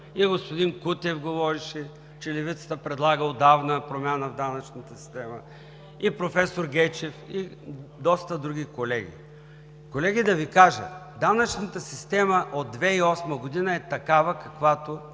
и господин Кутев говореше, че Левицата предлага отдавна промяна в данъчната система, и професор Гечев, и доста други колеги. Колеги, да Ви кажа: данъчната система в момента е такава, каквато